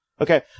Okay